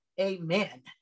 Amen